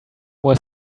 were